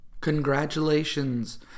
Congratulations